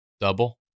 Double